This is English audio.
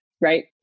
Right